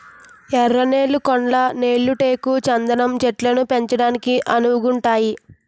ఎర్ర నేళ్లు కొండ నేళ్లు టేకు చందనం చెట్లను పెంచడానికి అనువుగుంతాయి